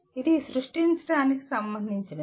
ఇది సృష్టించడానికి సంబంధించినది